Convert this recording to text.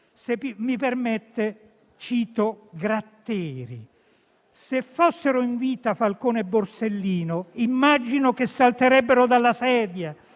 Se mi permette, cito Gratteri: se fossero in vita Falcone e Borsellino, immagino che salterebbero dalla sedia